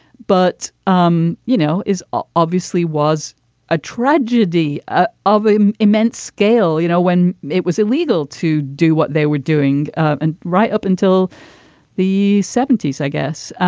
but um you know is ah obviously was a tragedy ah of immense scale. you know when it was illegal to do what they were doing and right up until the seventy s i guess.